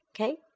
Okay